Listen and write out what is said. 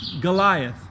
Goliath